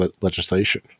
legislation